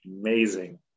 Amazing